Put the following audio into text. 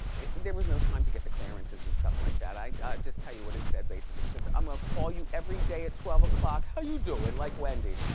there was no time to get the clearances and stuff like that, i'll just tell you what it said basically. he says, i'ma call you every day at twelve o'clock, how you doin, like wendy.